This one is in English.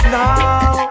now